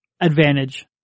advantage